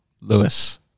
Lewis